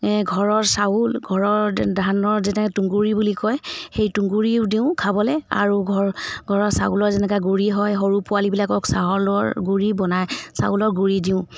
ঘৰৰ চাউল ঘৰৰ ধানৰ যেনে তুঁহগুৰি বুলি কয় সেই তুঁহগুৰিও দিওঁ খাবলৈ আৰু ঘৰ ঘৰৰ ছাউলৰ যেনেকৈ গুড়ি হয় সৰু পোৱালিবিলাকক চাউলৰ গুড়ি বনাই চাউলৰ গুড়ি দিওঁ